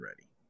ready